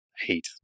hate